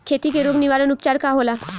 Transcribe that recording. खेती के रोग निवारण उपचार का होला?